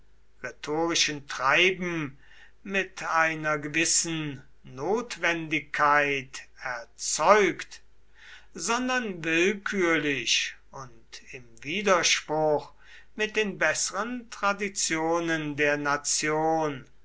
rhetorischen treiben mit einer gewissen notwendigkeit erzeugt sondern willkürlich und im widerspruch mit den besseren traditionen der nation